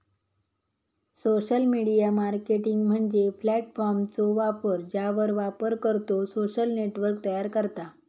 social media marketing म्हणजे प्लॅटफॉर्मचो वापर ज्यावर वापरकर्तो सोशल नेटवर्क तयार करता